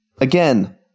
again